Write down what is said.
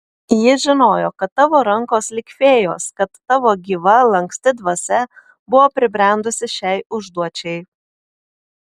ji žinojo kad tavo rankos lyg fėjos kad tavo gyva lanksti dvasia buvo pribrendusi šiai užduočiai